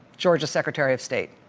georgia's secretary of state.